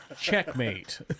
checkmate